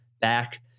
back